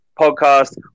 podcast